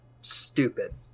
stupid